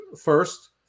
first